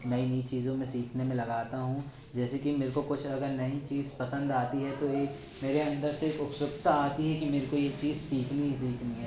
नई नई चीज़ों को सीखने में लगाता हूँ जैसे की मुझको कुछ अगर नई चीज़ पसंद आती है तो एक मेरे अंदर सें उत्सुकता आती है कि मुझको ये चीज़ सीखनी ही सीखनी है